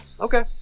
okay